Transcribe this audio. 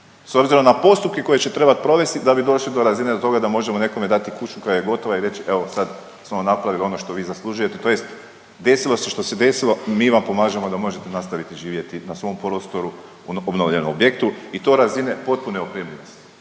s obzirom na postupke koje će trebati provesti da bi došli do razine do toga da možemo nekome dati kuću koja je gotova i reći, evo sad smo napravili ono što vi zaslužujete, tj. desilo se što se desilo, mi vam pomažemo da možete nastaviti živjeti na svom prostoru, na obnovljenom objektu i to razine potpune opremljenosti.